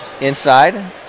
Inside